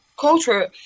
culture